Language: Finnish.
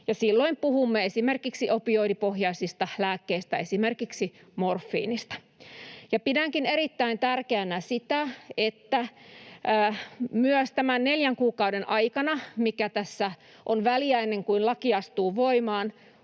Silloin puhumme esimerkiksi opioidipohjaisista lääkkeistä, esimerkiksi morfiinista. Pidänkin erittäin tärkeänä, että myös tämän neljän kuukauden aikana, mikä tässä on väliä ennen kuin laki astuu voimaan,